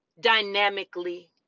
dynamically